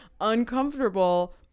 uncomfortable